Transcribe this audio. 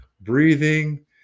breathing